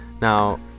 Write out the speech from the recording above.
Now